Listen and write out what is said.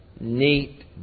neat